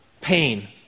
pain